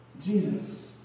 Jesus